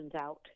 out